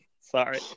Sorry